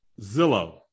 Zillow